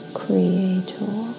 creator